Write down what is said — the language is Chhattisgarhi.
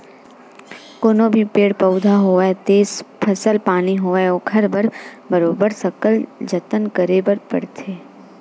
कोनो भी पेड़ पउधा होवय ते फसल पानी होवय ओखर बर बरोबर सकल जतन करे बर परथे